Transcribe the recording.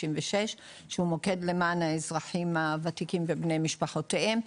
למען האזרחים הוותיקים ובני משפחותיהם.